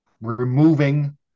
removing